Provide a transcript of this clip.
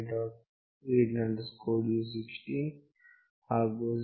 read u16 ಹಾಗು Z